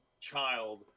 child